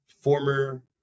former